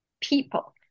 people